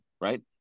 right